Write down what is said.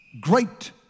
Great